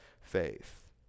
faith